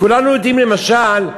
כולנו יודעים, למשל,